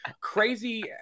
crazy